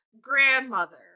grandmother